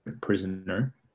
prisoner